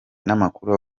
n’amakuru